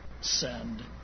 send